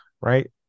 right